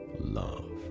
love